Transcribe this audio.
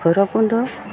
Bhairabkunda